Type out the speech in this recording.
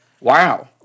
wow